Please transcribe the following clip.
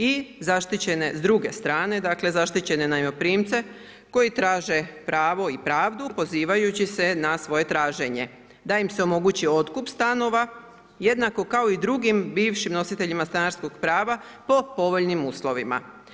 I zaštićene s druge strane zaštićene najmoprimce koji traže pravo i pravdu pozivajući se ne svoje traženje da im se omogući otkup stanova jednako kao i drugim bivšim nositeljima stanarskog prava po povoljnim uvjetima.